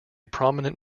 prominent